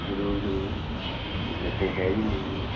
ਜ਼ਰੂਰ ਜ਼ਰੂਰ ਦੱਸਣੀ ਚਾਹੀਦੀ ਮੂਵੀ